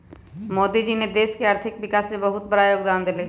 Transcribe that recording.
मोदी जी ने देश के आर्थिक विकास में बहुत बड़ा योगदान देलय